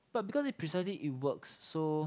but because it precisely it works so